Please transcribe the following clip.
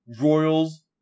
Royals